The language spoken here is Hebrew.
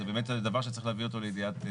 זה באמת דבר שצריך להביא אותו לידיעת האנשים.